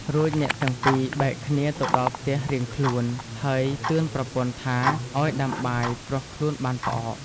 រួចអ្នកទាំងពីរបែកគ្នាទៅដល់ផ្ទះរៀងខ្លួន ហើយតឿនប្រពន្ធថាឲ្យដាំបាយព្រោះខ្លួនបានផ្អក។